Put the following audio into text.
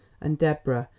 and deborah,